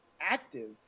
active